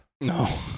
No